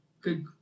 good